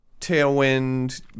Tailwind